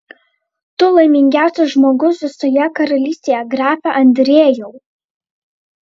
tu laimingiausias žmogus visoje karalystėje grafe andriejau